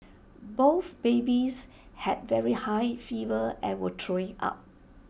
both babies had very high fever and were throwing up